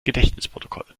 gedächtnisprotokoll